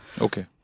Okay